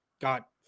got